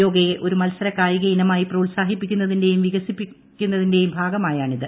യോഗയെ ഒരു മത്സര കായിക ഇനമായി പ്രോത്സാഹിപ്പിക്കുന്നതിന്റെയും വികസിപ്പിക്കുന്നതിന്റെയും ഭാഗമായാണിത്